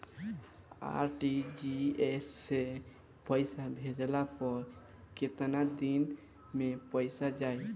RTGS से पईसा भेजला पर केतना दिन मे पईसा जाई?